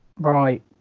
right